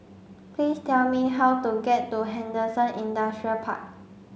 please tell me how to get to Henderson Industrial Park